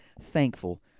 thankful